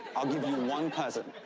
i'll give you one cousin.